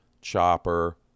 Chopper